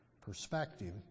perspective